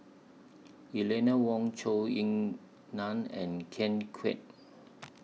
Eleanor Wong Zhou Ying NAN and Ken Kwek